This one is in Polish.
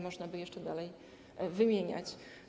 Można by jeszcze dalej wymieniać.